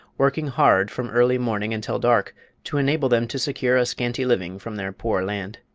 working hard from early morning until dark to enable them to secure a scanty living from their poor land.